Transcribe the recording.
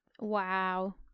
Wow